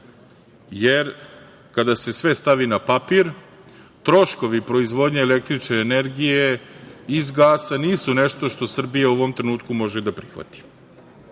jer kada se sve stavi na papir troškovi proizvodnje električne energije iz gasa nisu nešto što Srbija u ovom trenutku može da prihvati.